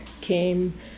came